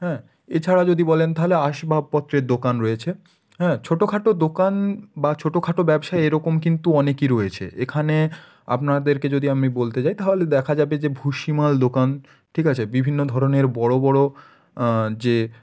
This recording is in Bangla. হ্যাঁ এছাড়া যদি বলেন থাহলে আসবাবপত্রের দোকান রয়েছে হ্যাঁ ছোটো খাটো দোকান বা ছোটো খাটো ব্যবসা এরকম কিন্তু অনেকই রয়েছে এখানে আপনাদেরকে যদি আমি বলতে যাই তাহলে দেখা যাবে যে ভুষিমাল দোকান ঠিক আছে বিভিন্ন ধরনের বড়ো বড়ো যে